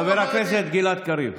חבר הכנסת גלעד קריב.